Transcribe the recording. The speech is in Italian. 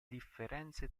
differenze